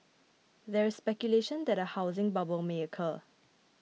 there is speculation that a housing bubble may occur